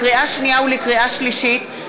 לקריאה שנייה ולקריאה שלישית,